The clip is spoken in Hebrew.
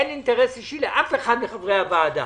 לאף אחד מחברי הוועדה.